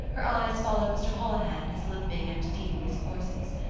her eyes followed mr. holohan in his limping and devious courses.